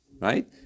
right